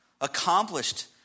Accomplished